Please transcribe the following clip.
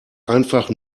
einfach